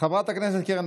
חבר הכנסת ווליד טאהא,